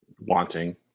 wanting